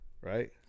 Right